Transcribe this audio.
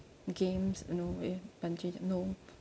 games no way bungee jump no